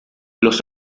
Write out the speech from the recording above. los